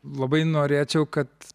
labai norėčiau kad